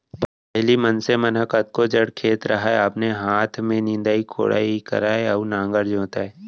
पहिली मनसे मन ह कतको जड़ खेत रहय अपने हाथ में निंदई कोड़ई करय अउ नांगर जोतय